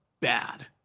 bad